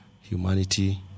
humanity